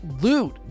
loot